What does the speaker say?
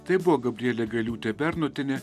tai buvo gabrielė gailiūtė bernotienė